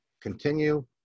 continue